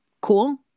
cool